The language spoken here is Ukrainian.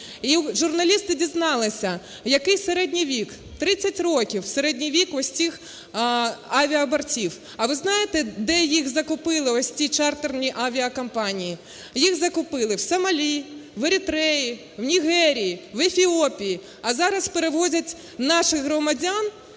І журналісти дізналися, який середній вік. 30 років – середній вік ось цих авіабортів. А ви знаєте, де їх закупили, ось ці чартерні авіакомпанії? Їх закупили в Сомалі, в Еритреї, в Нігерії, в Ефіопії, а зараз перевозять наших громадян,